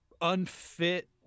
unfit